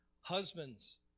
husbands